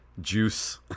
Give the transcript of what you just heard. juice